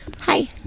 Hi